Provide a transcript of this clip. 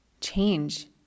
change